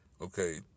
Okay